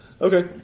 Okay